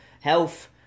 health